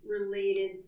related